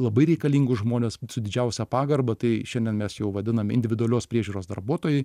labai reikalingus žmones su didžiausia pagarba tai šiandien mes jau vadinam individualios priežiūros darbuotojai